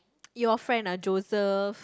your friend ah Joseph